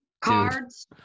Cards